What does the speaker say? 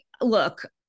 look